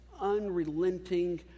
unrelenting